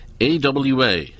AWA